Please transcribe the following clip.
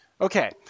Okay